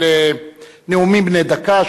לנאומים בני דקה,